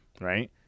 right